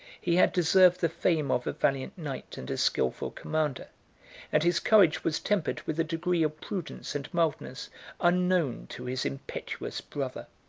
he had deserved the fame of a valiant knight and a skilful commander and his courage was tempered with a degree of prudence and mildness unknown to his impetuous brother.